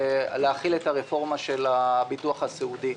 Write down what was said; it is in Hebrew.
להחיל את הרפורמה של הביטוח הסיעודי.